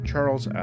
Charles